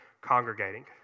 congregating